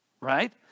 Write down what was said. Right